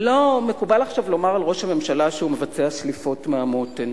מקובל לאחרונה לומר על ראש הממשלה שהוא מבצע שליפות מהמותן.